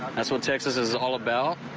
that's what texas is all about.